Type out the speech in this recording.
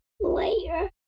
later